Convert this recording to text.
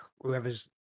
whoever's